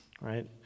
right